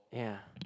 ya